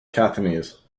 caithness